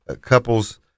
couples